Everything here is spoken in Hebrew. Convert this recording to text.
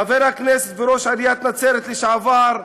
חבר הכנסת וראש עיריית נצרת לשעבר,